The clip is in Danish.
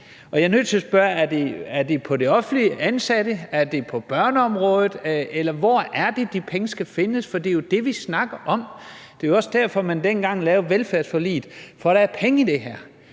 Jeg er nødt til at spørge: Er det på de offentlige ansatte, er det på børneområdet, de penge skal findes, eller hvor er det? For det er jo det, vi snakker om. Det var jo også derfor, man dengang lavede velfærdsforliget. For der er penge involveret